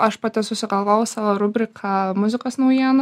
aš pati susigalvojau savo rubriką muzikos naujienų